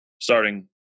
starting